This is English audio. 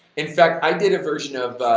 in fact, i did a version of